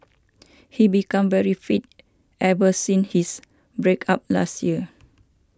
he became very fit everything his break up last year